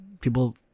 people